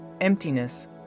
emptiness